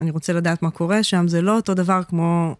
אני רוצה לדעת מה קורה שם, זה לא אותו דבר כמו...